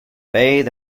bathe